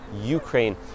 Ukraine